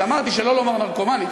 אמרתי: שלא לומר נרקומנית,